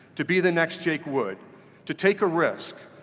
to be the next jake wood to take a risk,